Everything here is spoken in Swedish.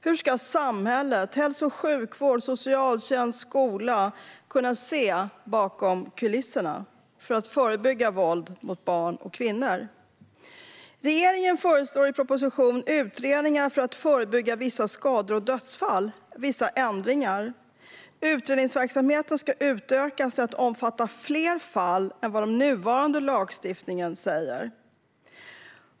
Hur ska samhället, hälso och sjukvård, socialtjänst och skola kunna se bakom kulisserna för att förebygga våld mot barn och kvinnor? Regeringen föreslår i propositionen Utredningar för att förebygga vissa skador och dödsfall vissa ändringar. Utredningsverksamheten ska utökas till att omfatta fler fall än vad den nuvarande lagstiftningen säger.